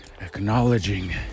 acknowledging